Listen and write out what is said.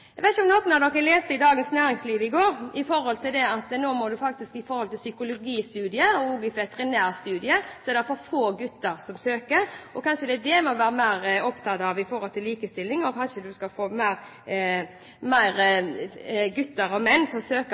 Jeg vet ikke om noen leste i Dagens Næringsliv i går om at det er for få gutter som søker til psykologistudiet og også til veterinærstudiet. Kanskje må vi være litt mer opptatt av det når det gjelder likestilling. Kanskje må vi få flere gutter og menn til å søke på